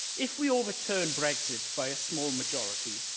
if we overturn brexit by a small majority,